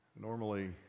normally